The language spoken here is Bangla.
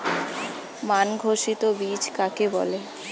মান ঘোষিত বীজ কাকে বলে?